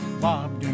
Bob